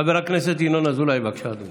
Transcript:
חבר הכנסת ינון אזולאי, בבקשה, אדוני.